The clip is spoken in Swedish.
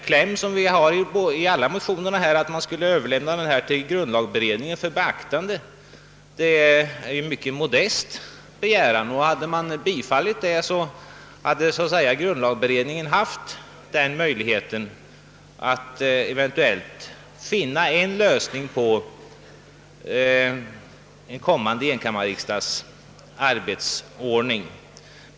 Klämmen i alla motionerna, att ärendet skulle överlämnas till grundlagberedningen för beaktande, är ju en mycket modest begäran, och om det förslaget bifallits hade grundlagberedningen haft möjlighet att finna en lösning på en kommande enkammarriksdags arbetsordning.